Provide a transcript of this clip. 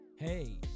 Hey